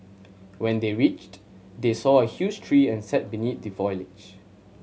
when they reached they saw a huge tree and sat beneath the foliage